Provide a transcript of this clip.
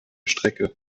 strecke